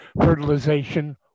fertilization